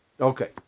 Okay